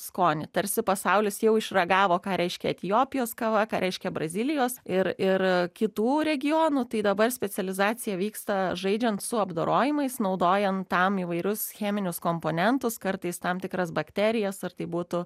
skonį tarsi pasaulis jau išragavo ką reiškia etiopijos kava ką reiškia brazilijos ir ir kitų regionų tai dabar specializacija vyksta žaidžiant su apdorojamais naudojant tam įvairius cheminius komponentus kartais tam tikras bakterijas ar tai būtų